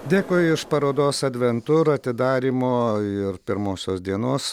dėkui iš parodos adventur atidarymo ir pirmosios dienos